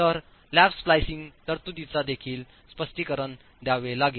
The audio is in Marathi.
तर लॅप स्प्लिझिंग तरतुदींचा देखील स्पष्टीकरण द्यावे लागेल